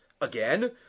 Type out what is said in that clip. again